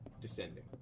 descending